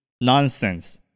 nonsense